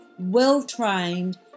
well-trained